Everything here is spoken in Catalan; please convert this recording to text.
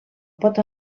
pot